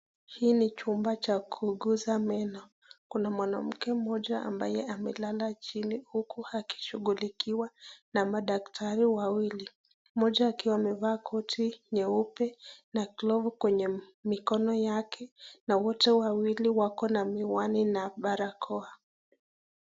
Hii ni chumba cha kuuguza meno. Kuna mwanamke mmoja ambae amelala chini huku akishughulikiwa na madaktari wawili. Mmoja akiwa amevaa koti nyeupe na gloves[cs ]kwenye mikono yake na wote wawili wakona miwani na barakoa.